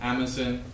Amazon